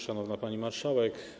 Szanowna Pani Marszałek!